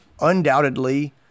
undoubtedly